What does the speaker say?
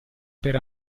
per